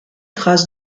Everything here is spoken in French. trace